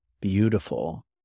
beautiful